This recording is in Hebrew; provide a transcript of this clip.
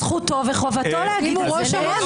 זכותו וחובתו להגיד את זה.